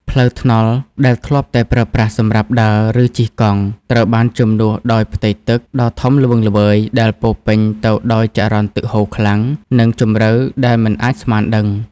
ផ្លូវថ្នល់ដែលធ្លាប់តែប្រើប្រាស់សម្រាប់ដើរ ឬជិះកង់ ត្រូវបានជំនួសដោយផ្ទៃទឹកដ៏ធំល្វឹងល្វើយ ដែលពោរពេញទៅដោយចរន្តទឹកហូរខ្លាំង និងជម្រៅដែលមិនអាចស្មានដឹង។